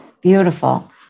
Beautiful